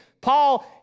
Paul